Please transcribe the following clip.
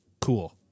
cool